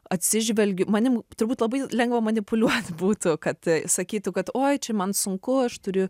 atsižvelgiu manim turbūt labai lengva manipuliuot būtų kad sakytų kad oi čia man sunku aš turiu